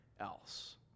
else